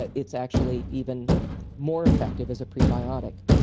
ah it's actually even more effective as a prebiotic,